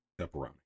Pepperoni